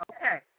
Okay